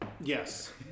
Yes